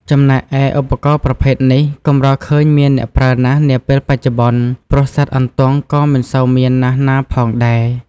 ចំណែកឯ ឧបករណ៍ប្រភេទនេះ កម្រឃើញមានអ្នកប្រើណាស់នាពេលបច្ចុប្បន្ន ព្រោះសត្វអន្ទង់ក៏មិនសូវមានណាស់ណាផងដែរ។